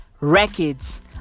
Records